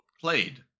played